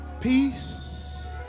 Peace